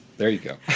there you go.